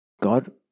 God